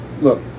look